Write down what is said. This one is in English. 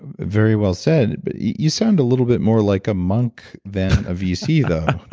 very well said. but you sound a little bit more like a monk than a vc though